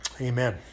amen